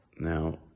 Now